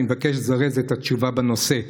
אני מבקש לזרז את התשובה בנושא.